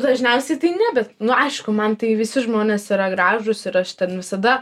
dažniausiai tai ne bet nu aišku man tai visi žmonės yra gražūs ir aš ten visada